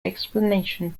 explanation